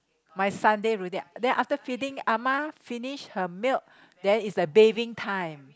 my Sunday routine then after feeding ah ma finish her milk then is a bathing time